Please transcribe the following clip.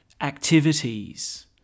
activities